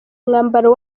umwambaro